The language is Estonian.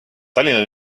tallinna